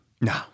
no